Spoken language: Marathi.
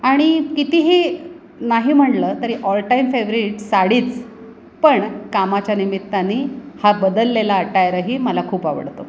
आणि कितीही नाही म्हटलं तरी ऑलटाईम फेवरीट साडीच पण कामाच्या निमित्ताने हा बदललेला अटायरही मला खूप आवडतो